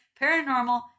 paranormal